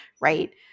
right